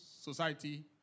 Society